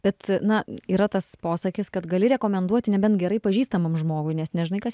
bet na yra tas posakis kad gali rekomenduoti nebent gerai pažįstamam žmogui nes nežinai kas